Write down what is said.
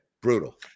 Brutal